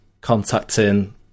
contacting